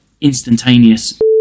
instantaneous